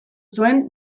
zuen